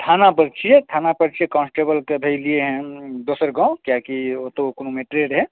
थानापर छिए थानापर छिए कान्स्टेबलके भेजलिए हँ दोसर गाम कियाकि ओतहु कोनो मैटरे रहै